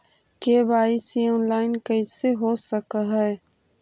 KYC online कैसे हो सक है?